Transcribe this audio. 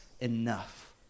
enough